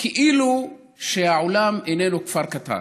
כאילו שהעולם איננו כפר קטן.